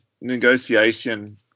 negotiation